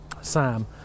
Sam